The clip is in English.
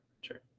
sure